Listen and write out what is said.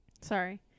Sorry